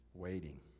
Waiting